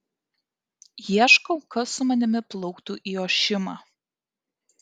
ieškau kas su manimi plauktų į ošimą